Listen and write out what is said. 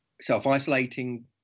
self-isolating